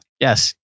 Yes